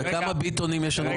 כמה ביטונים יש בכנסת?